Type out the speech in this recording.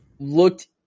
looked